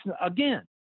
again